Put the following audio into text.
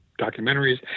documentaries